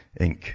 Inc